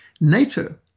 NATO